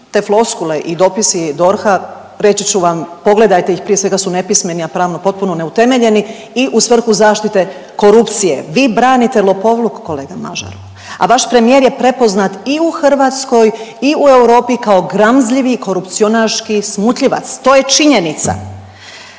Te floskule i dopisi DORH-a reći ću vam pogledajte prije svega su nepismeni, a pravno potpuno neutemeljeni i u svrhu zaštite korupcije. Vi branite lopovluk kolega Mažaru, a vaš premijer je prepoznat i u Hrvatsku i u Europi kao gramzljivi korupcionaški smutljivac to je činjenica.